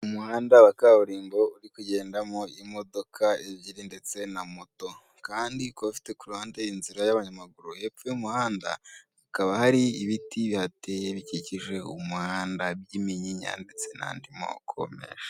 Umuhanda wa kaburimbo uri kugendamo imodoka ebyiri ndetse na moto. Kandi ukaba ufite ku ruhande inzira y'abanyamaguru. Hepfo y'umuhanda hakaba hari ibiti bihateye bikikije umuhanda by'iminyinya ndetse n'andi moko menshi.